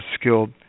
skilled